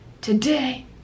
today